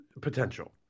potential